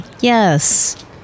yes